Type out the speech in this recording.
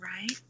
right